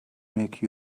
make